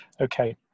Okay